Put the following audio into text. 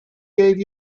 gave